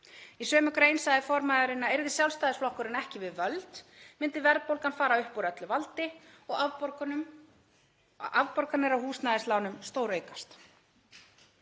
Í sömu grein sagði formaðurinn að yrði Sjálfstæðisflokkurinn ekki við völd myndi verðbólgan fara upp úr öllu valdi og afborganir af húsnæðislánum stóraukast.